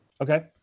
Okay